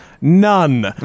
none